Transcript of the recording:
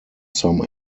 some